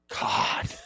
God